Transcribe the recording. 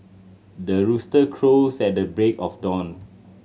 the rooster crows at the break of dawn